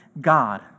God